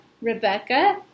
Rebecca